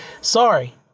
sorry